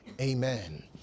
amen